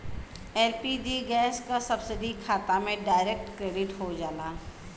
LPG gas क subsidy खाता में डायरेक्ट क्रेडिट हो जाला